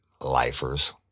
Lifers